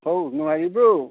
ꯍꯥꯎ ꯅꯨꯡꯉꯥꯏꯔꯤꯕꯣ